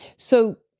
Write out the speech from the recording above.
so,